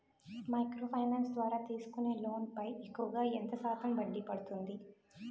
Micro finance ద్వారా తీసుకునే loan పై ఎక్కువుగా ఎంత శాతం వడ్డీ పడుతుంది?